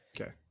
Okay